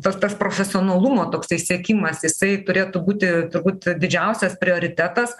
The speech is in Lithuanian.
tas tas profesionalumo toksai siekimas jisai turėtų būti turbūt didžiausias prioritetas